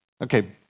Okay